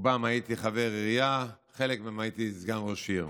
רובן הייתי חבר עירייה ובחלק מהן הייתי סגן ראש העיר.